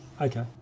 Okay